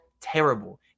terrible